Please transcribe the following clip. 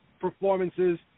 performances